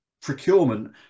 procurement